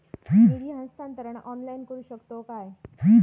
निधी हस्तांतरण ऑनलाइन करू शकतव काय?